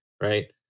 right